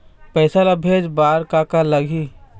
पैसा ला भेजे बार का का लगही?